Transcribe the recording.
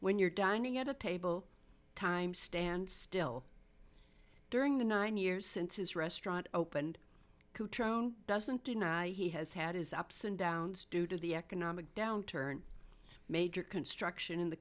when you're dining at a table time stand still during the nine years since his restaurant opened doesn't deny he has had his ups and downs due to the economic downturn major construction in the